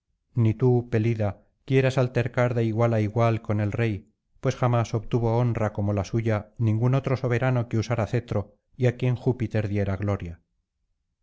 ni tú pelida quieras altercar de igual á igual con el rey pues jamás obtuvo honra como la suya ningún otro soberano que usara cetro y á quien júpiter diera gloria